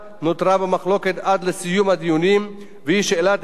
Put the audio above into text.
והיא שאלת המשך המימון של הרשויות המקומיות.